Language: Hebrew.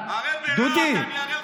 הרי ברהט,